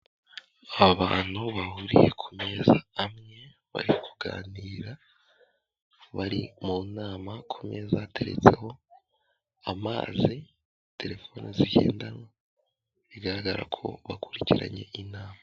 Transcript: Abantu bahuriye ku meza amwe bari kuganira bari mu nama, ku meza hateretseho amazi, telefoni zigendanwa bigaragara ko bakurikiranye inama.